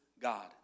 God